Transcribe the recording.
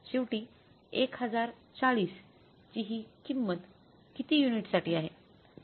शेवटी 1040 ची ही किंमत किती युनिट्ससाठी आहे